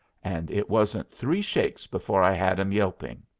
and it wasn't three shakes before i had em yelping.